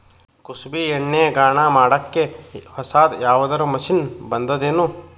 ಕುಸುಬಿ ಎಣ್ಣೆ ಗಾಣಾ ಮಾಡಕ್ಕೆ ಹೊಸಾದ ಯಾವುದರ ಮಷಿನ್ ಬಂದದೆನು?